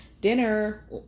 Dinner